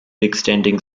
extending